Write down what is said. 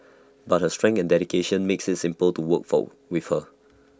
but her strength and dedication makes IT simple to work for with her